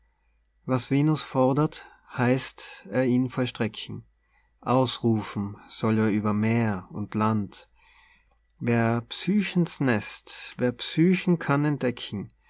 was venus fordert heißt er ihn vollstrecken ausrufen soll er über meer und land wer psychens nest wer psychen kann entdecken